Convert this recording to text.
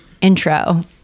intro